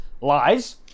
Lies